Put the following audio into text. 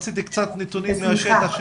זה קצה קרחון.